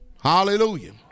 Hallelujah